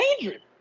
dangerous